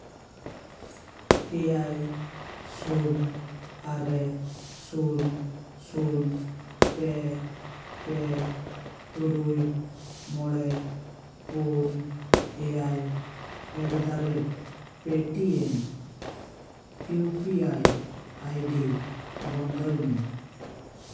ᱮᱭᱟᱭ ᱥᱩᱱ ᱟᱨᱮ ᱥᱩᱱ ᱥᱩᱱ ᱯᱮ ᱯᱮ ᱛᱩᱨᱩᱭ ᱢᱚᱬᱮ ᱯᱩᱱ ᱮᱭᱟᱭ ᱮᱴᱫᱟᱨᱮᱴ Paytm U P I ID ᱵᱚᱱᱫᱚᱭ ᱢᱮ